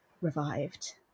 revived